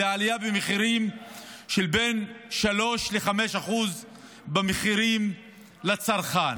זו עלייה של בין 3% ל-5% במחירים לצרכן.